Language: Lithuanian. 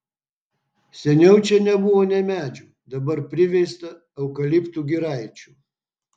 seniau čia nebuvo nė medžių dabar priveista eukaliptų giraičių